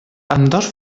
ambdós